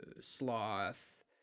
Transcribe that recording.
sloth